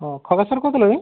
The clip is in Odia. ହଁ ଖଗା ସାର୍ କହୁଥିଲେ କି